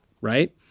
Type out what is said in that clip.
Right